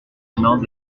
prenant